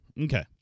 Okay